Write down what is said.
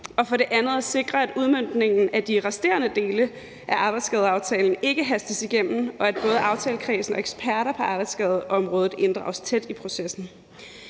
og for det andet at sikre, at udmøntningen af de resterende dele af arbejdsskadeaftalen ikke hastes igennem, og at både aftalekredsen og eksperter på arbejdsskadeområdet inddrages tæt i processen.